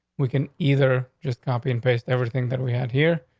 we can either just copy and paste everything that we had here.